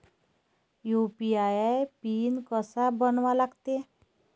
UPI PIN कसा बनवा लागते?